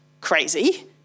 crazy